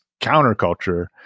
counterculture